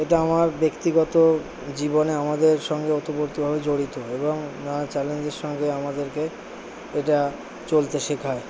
এটা আমার ব্যক্তিগত জীবনে আমাদের সঙ্গে ওতোপ্রতোভাবে জড়িত এবং নানা চ্যালেঞ্জের সঙ্গে আমাদেরকে এটা চলতে শেখায়